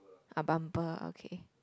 ah bumper okay